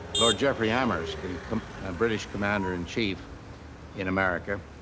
lord jeffrey amherst, the british commander-in-chief in america,